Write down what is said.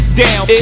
down